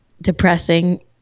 depressing